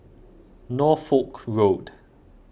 Norfolk Road